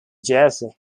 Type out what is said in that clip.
jersey